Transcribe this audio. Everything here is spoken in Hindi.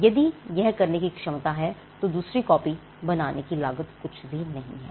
यदि यह करने की क्षमता है तो दूसरी कापी बनाने की लागत कुछ भी नहीं है